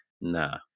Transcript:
nah